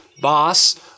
boss